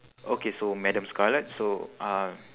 okay so madam scarlet so uh